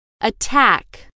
Attack